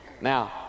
Now